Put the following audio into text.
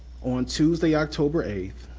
on tuesday, october eighth,